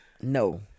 No